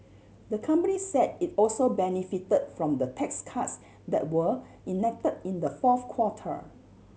the company said it also benefit from the tax cuts that were enact in the fourth quarter